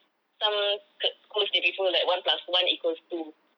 some schools they prefer like one plus one equals two